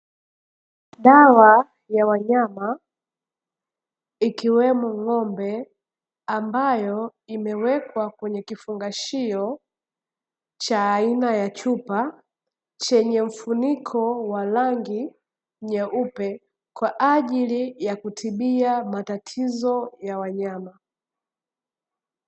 Dawa ya wanyama ikiwemo ng'ombe ambayo imewekwa kwenye kifungashio cha aina ya chupa chenye mfuniko wa rangi nyeupe, kwa ajili ya kutibia matatizo ya wanyama.